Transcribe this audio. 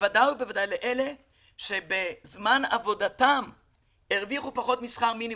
בוודאי ובוודאי לאלה שבזמן עבודתם הרוויחו פחות משכר מינימום.